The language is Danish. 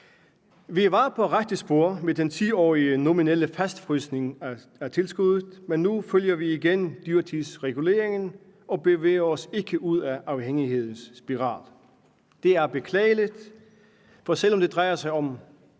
Vi var på rette spor med den 10-årige nominelle fastfrysning af tilskuddet, men nu følger vi igen dyrtidsreguleringen og bevæger os ikke ud af afhængighedens spiral. Det er beklageligt, for selv om det drejer sig om